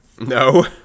No